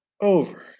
over